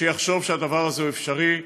שיחשוב שהדבר הזה הוא אפשרי,